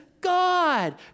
God